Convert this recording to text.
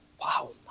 wow